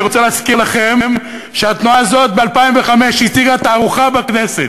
אני רוצה להזכיר לכם שהתנועה הזאת ב-2005 הציגה תערוכה בכנסת,